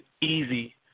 easy